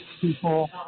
people